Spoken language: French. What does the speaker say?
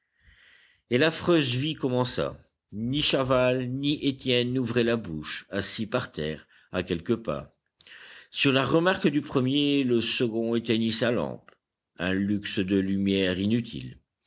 et l'affreuse vie commença ni chaval ni étienne n'ouvraient la bouche assis par terre à quelques pas sur la remarque du premier le second éteignit sa lampe un luxe de lumière inutile